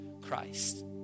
Christ